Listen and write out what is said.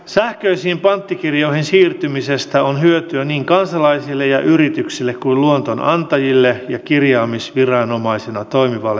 sähköisiin panttikirjoihin siirtymisestä on hyötyä niin kansalaisille ja yrityksille kuin luotonantajille ja kirjaamisviranomaisena toimivalle maanmittauslaitokselle